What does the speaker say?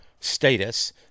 status